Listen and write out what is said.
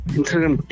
Instagram